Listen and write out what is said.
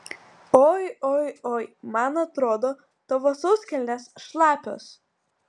oi oi oi man atrodo tavo sauskelnės šlapios